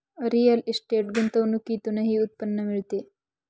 real estate गुंतवणुकीतूनही उत्पन्न मिळते